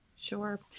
Sure